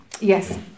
Yes